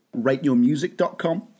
rateyourmusic.com